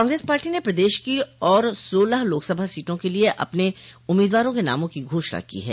Congress party ने प्रदेश की और सोलह लोकसभा सीटों के लिए अपने उम्मीदवारों के नामों की घोषणा की है